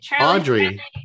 Audrey